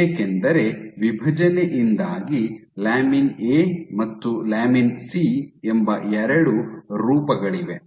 ಏಕೆಂದರೆ ವಿಭಜನೆಯಿಂದಾಗಿ lamin A ಮತ್ತು ಲ್ಯಾಮಿನ್ ಸಿ ಎಂಬ ಎರಡು ರೂಪಗಳಿವೆ